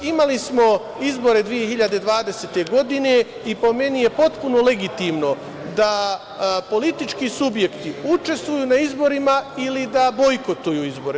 Imali smo izbore 2020. godine i, po meni, potpuno je legitimno da politički subjekti učestvuju na izborima ili da bojkotuju izbore.